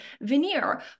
veneer